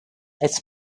its